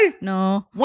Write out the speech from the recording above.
No